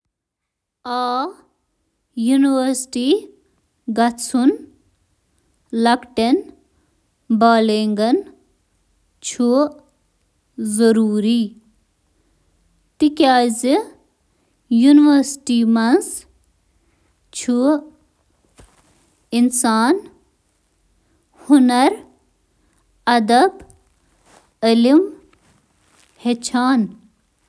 آ، یونیورسٹی گژھُن ہیکہِ واریاہو وجوہاتو کِنۍ نوجوان بالغن خٲطرٕ اہم ٲسِتھ، یتھ منٛز شٲمِل چھِ: کیریئرک امکانات ڈگری ہیٚکہِ تُہنٛدِ پیشورانہٕ زِندگی ہِنٛدِ امکانات بہتر بنٲوِتھ تہٕ تۄہہِ زِیٛادٕ معاوضہٕ دِنہٕ واجیٚنہِ نوکری تہٕ باقٕیہ